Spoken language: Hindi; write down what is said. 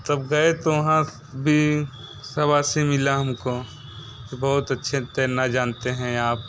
तब गए तो वहाँ भी शाबाशी मिला हमको कि बहुत अच्छे तैरना जानते हैं आप